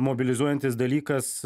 mobilizuojantis dalykas